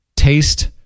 Taste